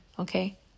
okay